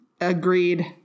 Agreed